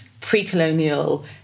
pre-colonial